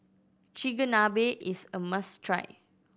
chigenabe is a must try